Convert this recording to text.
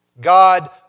God